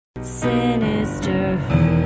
Sinister